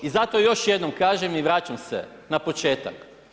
I zato još jednom kažem i vraćam se na početak.